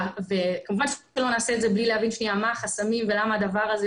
כמובן שלא נעשה את זה בלי להבין מה החסמים ולמה הדבר הזה